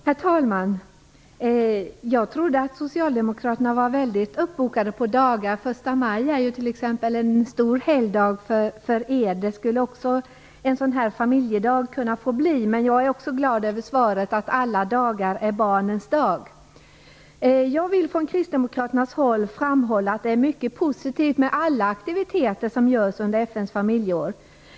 Herr talman! Jag trodde att ni socialdemokrater var väldigt uppbokade på dagar. Första maj är t.ex. en stor helgdag för er. Det skulle också en sådan här familjedag kunna bli. Men jag är glad över svaret att alla dagar är barnens dag. Jag vill från Kristdemokraternas håll framhålla att det är mycket positivt med alla aktiviteter som sker under FN:s familjeår.